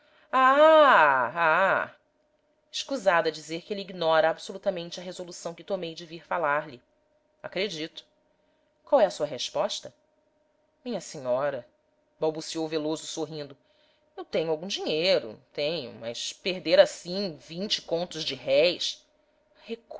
ah ah escusado é dizer que ele ignora absolutamente a resolução que tomei de vir falar-lhe acredito qual é a sua resposta minha senhora balbuciou veloso sorrindo eu tenho algum dinheiro tenho mas perder assim vinte contos de reis